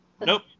Nope